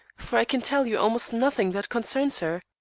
for i can tell you almost nothing that concerns her.